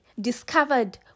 discovered